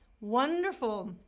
wonderful